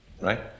right